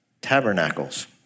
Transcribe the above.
tabernacles